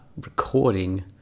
recording